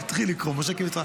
הביאו מסכת אבות,